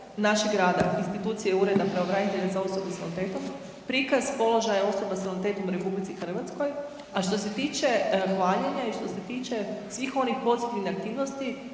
našeg rada, institucije Ureda pravobranitelja za osobe s invaliditetom, prikaz položaja osoba s invaliditetom u RH. A što se tiče hvaljenja i što se tiče svih onih pozitivnih aktivnosti